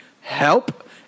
help